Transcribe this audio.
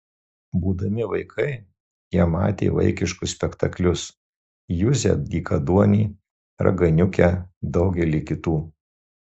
būdami vaikai jie matė vaikiškus spektaklius juzę dykaduonį raganiukę daugelį kitų